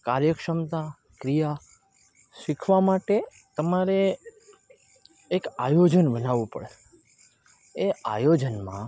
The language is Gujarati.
કાર્યક્ષમતા ક્રિયા શીખવા માટે તમારે એક આયોજન બનાવવું પડે એ આયોજનમાં